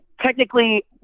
technically